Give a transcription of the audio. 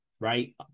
right